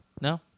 No